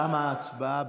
תמה ההצבעה.